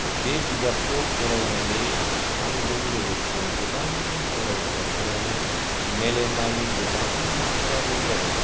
बे बिजाबखौ फरायनानै आंजों लोगोसे गोबां फरायसाफोरानो मेलेमारि गोबां ट्राबल जादों